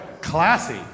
classy